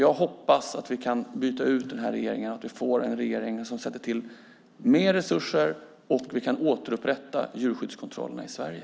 Jag hoppas att vi kan byta ut den här regeringen och att vi får en regering som sätter till mer resurser och att vi kan återupprätta djurskyddskontrollerna i Sverige.